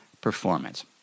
performance